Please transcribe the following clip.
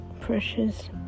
precious